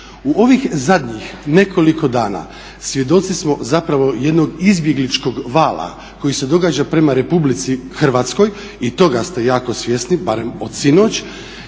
U ovih zadnjih nekoliko dana svjedoci smo zapravo jednog izbjegličkog vala koji se događa prema Republici Hrvatskoj i toga ste jako svjesni, barem od sinoć.